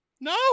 No